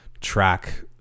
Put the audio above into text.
track